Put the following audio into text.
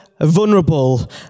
vulnerable